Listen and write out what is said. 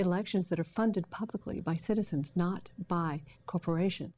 elections that are funded publicly by citizens not by corporations